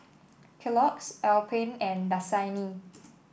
Kellogg's Alpen and Dasani